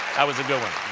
that was a good